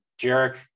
Jarek